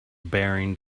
bearing